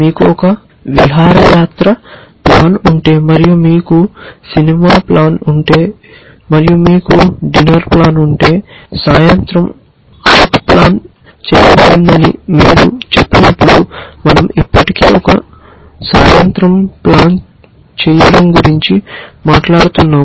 మీకు ఒక విహారయాత్ర ప్లాన్ ఉంటే మరియు మీకు సినిమా ప్లాన్ ఉంటే మరియు మీకు డిన్నర్ ప్లాన్ ఉంటే సాయంత్రం అవుట్ ప్లాన్ చేయబడిందని మీరు చెప్పినప్పుడు మనం ఇప్పటికే ఒక సాయంత్రం ప్లాన్ చేయడం గురించి మాట్లాడుతున్నాము